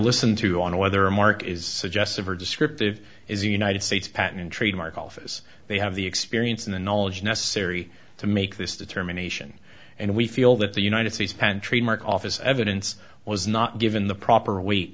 listen to on whether a mark is suggestive or descriptive is the united states patent and trademark office they have the experience and the knowledge necessary to make this determination and we feel that the united states patent trademark office evidence was not given the proper weight